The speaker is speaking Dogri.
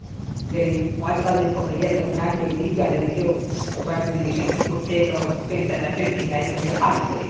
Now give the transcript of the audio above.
जेहड़ी अजकल दिक्खो भैय़ा मे गेदी ही गैलरी च एग्जीविशिन ही उत्थै इक पेंटंर ने पेंटिंग लाई दी भैया खाली फ्रैम